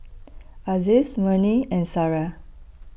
Aziz Murni and Sarah